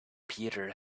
peter